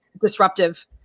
disruptive